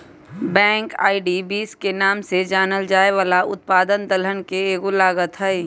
black eyed beans के नाम से जानल जाये वाला उत्पाद दलहन के एगो लागत हई